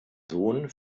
sohn